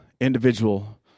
individual